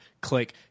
click